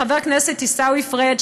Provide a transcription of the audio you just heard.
חבר הכנסת עיסאווי פריג',